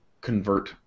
convert